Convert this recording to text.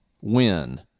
win